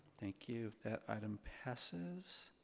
thank you. that item passes.